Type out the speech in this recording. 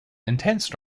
intense